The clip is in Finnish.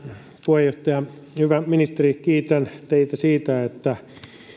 puheenjohtaja hyvä ministeri kiitän teitä siitä että